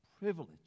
privilege